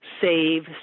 Save